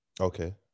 okay